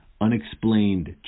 unexplained